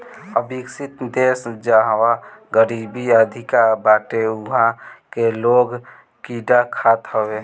अविकसित देस जहवा गरीबी अधिका बाटे उहा के लोग कीड़ा खात हवे